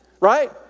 right